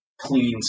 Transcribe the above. clean